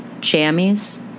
jammies